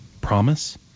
Promise